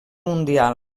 mundial